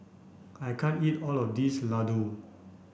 I can't eat all of this Ladoo